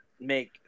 make